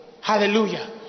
Hallelujah